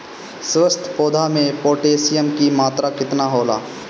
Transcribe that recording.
स्वस्थ पौधा मे पोटासियम कि मात्रा कितना होला?